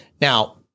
Now